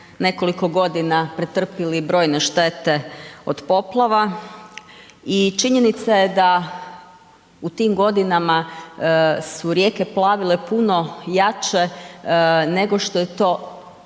nekoliko godina pretrpjeli brojne štete od poplava. I činjenica je da u tim godinama su rijeke plavile puno jače nego što je to,